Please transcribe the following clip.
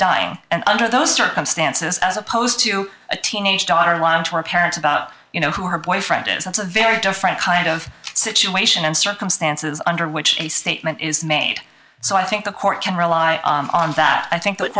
dying and under those circumstances as opposed to a teenaged daughter wants her parents about you know her boyfriend it's a very different kind of situation and circumstances under which a statement is made so i think the court can rely on that i think